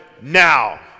now